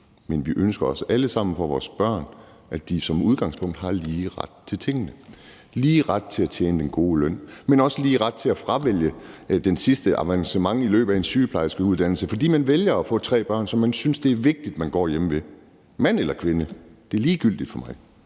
Men vi ønsker alle sammen for vores børn, at de som udgangspunkt har lige ret til tingene – lige ret til at tjene en god løn, men også lige ret til at fravælge det sidste avancement i løbet af en sygeplejerskeuddannelse, fordi man vælger at få tre børn, som man synes det er vigtigt at man går hjemme hos. Det være sig mand eller kvinde, det er ligegyldigt for mig.